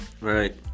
Right